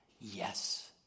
yes